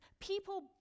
people